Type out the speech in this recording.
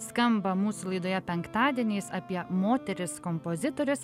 skamba mūsų laidoje penktadieniais apie moteris kompozitorius